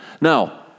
Now